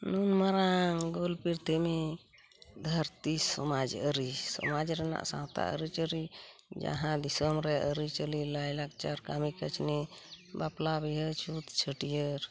ᱱᱩᱱ ᱢᱟᱨᱟᱝ ᱜᱳᱞ ᱯᱤᱨᱛᱷᱤᱢᱤ ᱫᱷᱟᱹᱨᱛᱤ ᱥᱚᱢᱟᱡᱽ ᱟᱹᱨᱤ ᱥᱚᱢᱟᱡᱽ ᱨᱮᱱᱟᱜ ᱥᱟᱶᱛᱟ ᱟᱹᱨᱤᱪᱟᱹᱞᱤ ᱡᱟᱦᱟᱸ ᱫᱤᱥᱚᱢ ᱨᱮ ᱟᱹᱨᱤᱪᱟᱹᱞᱤ ᱞᱟᱭᱞᱟᱠᱪᱟᱨ ᱠᱟᱹᱢᱤ ᱠᱟᱹᱥᱱᱤ ᱵᱟᱯᱞᱟ ᱵᱤᱦᱟᱹ ᱪᱷᱩᱛ ᱪᱷᱟᱹᱴᱭᱟᱹᱨ